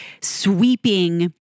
sweeping